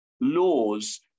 laws